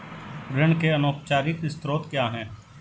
ऋण के अनौपचारिक स्रोत क्या हैं?